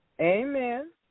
Amen